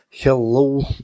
Hello